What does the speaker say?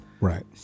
right